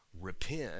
repent